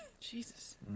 Jesus